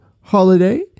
holiday